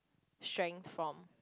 strength from